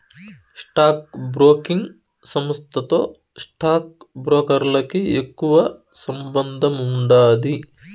stock broking సంస్థతో stock బ్రోకర్లకి ఎక్కువ సంబందముండాది